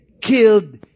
killed